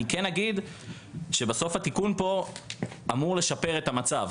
כן אגיד שבסוף התיקון פה אמור לשפר את המצב.